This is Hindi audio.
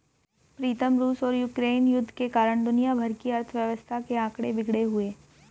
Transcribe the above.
प्रीतम रूस और यूक्रेन युद्ध के कारण दुनिया भर की अर्थव्यवस्था के आंकड़े बिगड़े हुए